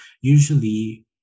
usually